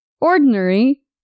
ordinary